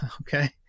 Okay